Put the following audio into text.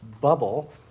bubble